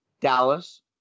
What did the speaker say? dallas